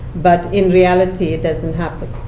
but in reality, it doesn't happen.